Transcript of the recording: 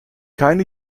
keine